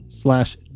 slash